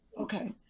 Okay